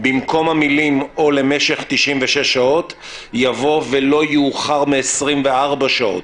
במקום המילים: "או למשך 96 שעות" יבוא: "ולא יאוחר מ-24 שעות".